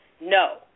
No